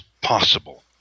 possible